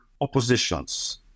oppositions